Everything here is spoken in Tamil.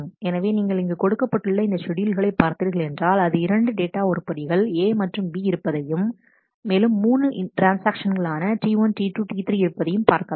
எனவே நீங்கள் இங்கு கொடுக்கப்பட்டுள்ள இந்த ஷெட்யூல்களை பார்த்தீர்கள் என்றால் அதில் இரண்டு டேட்டா உருப்படிகள் A மற்றும் B இருப்பதையும் மேலும் 3 ட்ரான்ஸ்ஆக்ஷன்கள் ஆன T1 T2 T3 இருப்பதைப் பார்க்கலாம்